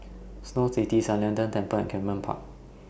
Snow City San Lian Deng Temple and Camden Park